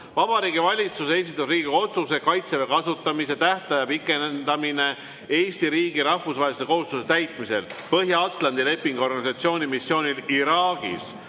Vabariigi Valitsuse esitatud Riigikogu otsuse "Kaitseväe kasutamise tähtaja pikendamine Eesti riigi rahvusvaheliste kohustuste täitmisel Põhja-Atlandi Lepingu Organisatsiooni missioonil Iraagis"